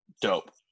Dope